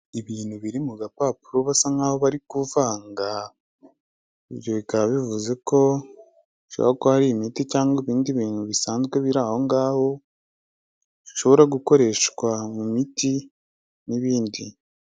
Ibintu biri mu gapapuro basa nkaho bari kuvanga, ibyo bikaba bivuze ko bishobora kuba ari imiti cyangwa ibindi bintu bisanzwe biri aho ngaho, bishobora gukoreshwa mu miti n'ibindi.